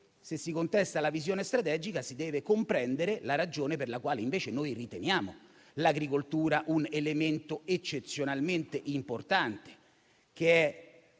se si contesta la visione strategica, si deve comprendere la ragione per la quale noi riteniamo l'agricoltura un elemento eccezionalmente importante;